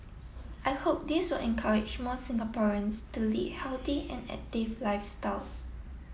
I hope this will encourage more Singaporeans to lead healthy and active lifestyles